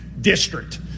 district